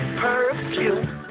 perfume